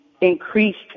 increased